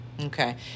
okay